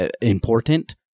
important